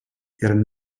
ihren